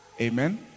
Amen